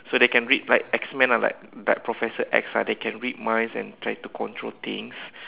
so they can read like X man or like like professor X ah they can read minds and try to control things